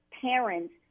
parents